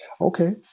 Okay